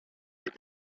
les